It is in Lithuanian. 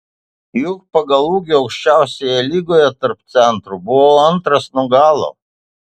juk pagal ūgį aukščiausioje lygoje tarp centrų buvau antras nuo galo